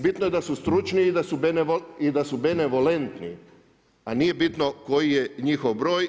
Bitno je da su stručni i da su benevolentni, a nije bitno koji je njihov broj.